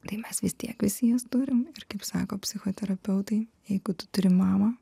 tai mes vis tiek visi jas turim ir kaip sako psichoterapeutai jeigu tu turi mamą